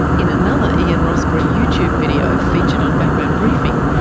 in another ian rossborough youtube video featured on background briefing,